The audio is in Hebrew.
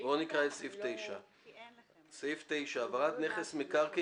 הזה --- בואו נקרא את סעיף 9. "העברת נכס מקרקעין